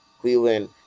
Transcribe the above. Cleveland